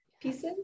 pieces